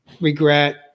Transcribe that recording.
regret